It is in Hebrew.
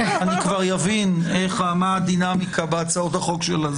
אני כבר אבין מה הדינמיקה בהצעות החוק שלה.